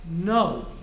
No